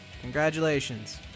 Congratulations